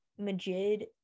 Majid